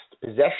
possession